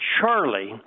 Charlie